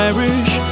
Irish